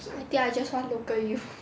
I think I just want local U